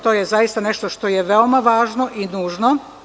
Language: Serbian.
To je zaista nešto što je veoma važno i nužno.